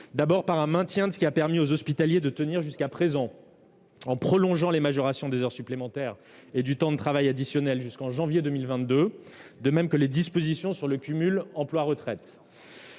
D'abord, nous devons maintenir ce qui a permis aux hospitaliers de tenir jusqu'à présent, en prolongeant les majorations des heures supplémentaires et du temps de travail additionnel jusqu'en janvier 2022, ainsi que les dispositions sur le cumul emploi-retraite.